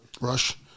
rush